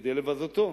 כדי לבזותו.